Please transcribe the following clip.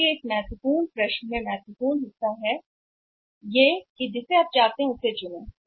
इसलिए इस महत्वपूर्ण प्रश्न में महत्वपूर्ण हिस्सा है जिसे आप चाहते हैं चुनें